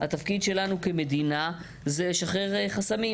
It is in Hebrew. התפקיד שלנו כמדינה לשחרר חסמים.